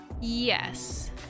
Yes